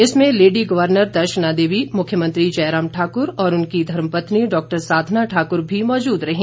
इसमें lady governor Darshana Devi मुख्यमंत्री जयराम ठाक्र और उनकी धर्मपत्नी डॉक्टर साधना ठाकुर भी मौजूद रहीं